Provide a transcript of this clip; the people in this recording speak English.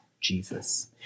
Jesus